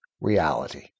reality